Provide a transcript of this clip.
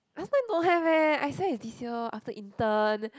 last time don't have eh I swear is this year lor after intern